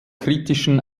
kritischen